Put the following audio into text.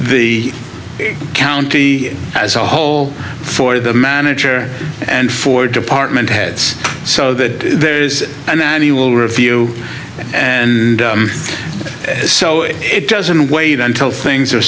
the county as a whole for the manager and for department heads so that there is an annual review and so it doesn't wait until things are